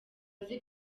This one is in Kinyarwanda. azi